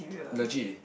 legit